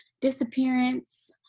disappearance